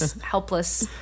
helpless